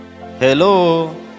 hello